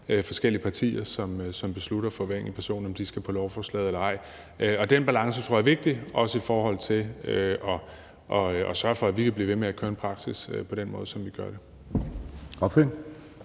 forskellige partier, som for hver af de enkelte personer beslutter, om de skal på lovforslaget eller ej. Og den balance tror jeg er vigtig, også i forhold til at sørge for, at vi kan blive ved med at køre en praksis på den måde, som vi gør det.